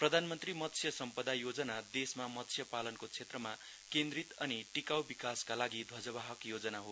प्रधानमन्त्री मत्स्य सम्पदा योजना देशमा मत्स्यपालनको क्षेत्रमा केन्द्रित अनि टिकाउ विकासका लागि ध्वजवाहक योजना हो